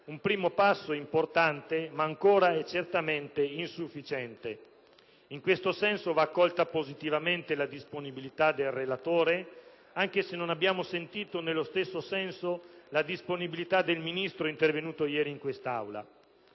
un primo passo importante, ma ancora e certamente insufficiente. In questo senso va colta positivamente la disponibilità del relatore, anche se non abbiamo sentito nello stesso senso la disponibilità del Ministro intervenuto ieri in questa Aula.